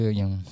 yang